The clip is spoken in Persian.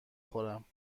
خورم